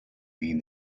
mean